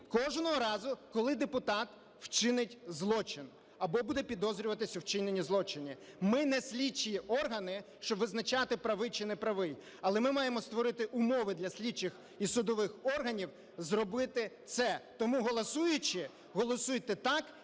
кожного разу, коли депутат вчинить злочин або буде підозрюватись у вчиненні злочину. Ми не слідчі органи, щоб визначати, правий чи неправий, але ми маємо створити умови для слідчих і судових органів зробити це. Тому, голосуючи, голосуйте так,